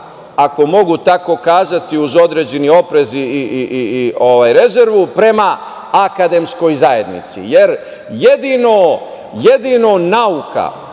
ako mogu tako kazati, uz određeni oprez i rezervu, akademskoj zajednici, jer jedino nauka